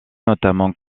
notamment